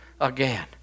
again